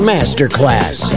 Masterclass